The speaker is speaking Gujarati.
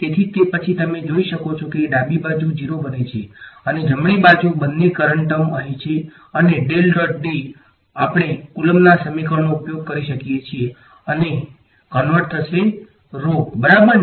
તેથી તે પછી તમે જોઈ શકો છો કે ડાબી બાજુ 0 બને છે અને જમણી બાજુ બંને કરંટ ટર્મ અહીં છે અને આપણે કુલોમ્બના સમીકરણનો ઉપયોગ કરી શકીએ છીએ અને કંવર્ટ થશે નેબરાબર ને